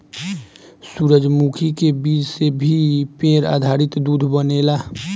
सूरजमुखी के बीज से भी पेड़ आधारित दूध बनेला